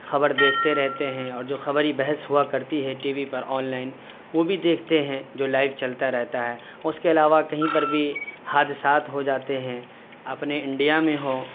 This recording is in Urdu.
خبر دیکھتے رہتے ہیں اور جو خبری بحث ہوا کرتی ہے ٹی وی پر آن لائن وہ بھی دیکھتے ہیں جو لائیو چلتا رہتا ہے اور اس کے علاوہ کہیں پر بھی حادثات ہو جاتے ہیں اپنے انڈیا میں ہوں